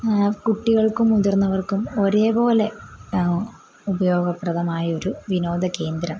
കുട്ടികൾക്കും മുതിർന്നവർക്കും ഒരേ പോലെ ഉപയോഗപ്രദമായ ഒരു വിനോദകേന്ദ്രം